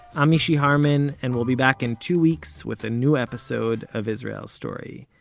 i'm mishy harman, and we'll be back in two weeks with a new episode of israel story.